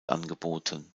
angeboten